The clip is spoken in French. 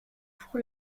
pour